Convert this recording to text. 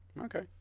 Okay